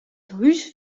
hús